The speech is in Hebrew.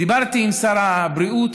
דיברתי עם שר הבריאות,